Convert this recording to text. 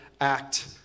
act